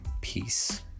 Peace